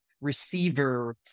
receiver